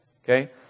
Okay